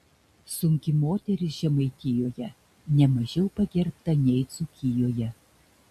sunki moteris žemaitijoje ne mažiau pagerbta nei dzūkijoje